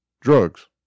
Drugs